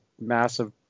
massive